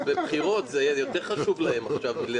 אנחנו בבחירות, זה יותר חשוב להם עכשיו.